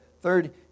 third